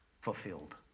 fulfilled